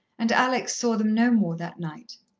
and alex saw them no more that night.